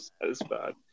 satisfied